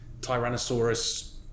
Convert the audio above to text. Tyrannosaurus